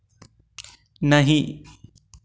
नहीं